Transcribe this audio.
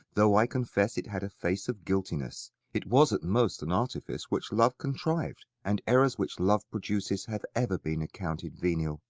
though i confess it had a face of guiltiness it was at most an artifice which love contrived and errors which love produces have ever been accounted venial.